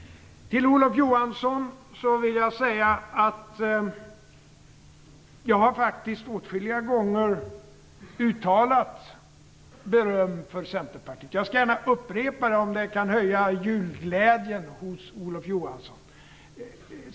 Till Olof Johansson vill jag säga att jag faktiskt åtskilliga gånger har uttalat beröm vad gäller Centerpartiet. Jag upprepar det gärna om det kan höja julglädjen hos Olof Johansson.